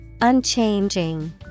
Unchanging